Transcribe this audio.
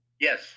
Yes